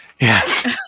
Yes